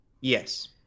Yes